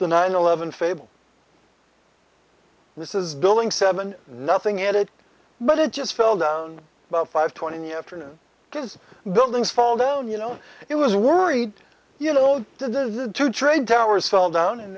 the nine eleven fable this is building seven nothing at it but it just fell down about five twenty afternoon because buildings fall down you know it was worried you know they did this to trade towers fell down and